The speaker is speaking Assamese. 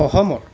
সহমত